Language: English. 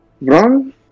wrong